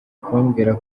kumbwira